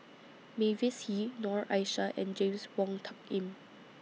Mavis Hee Noor Aishah and James Wong Tuck Yim